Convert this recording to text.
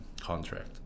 contract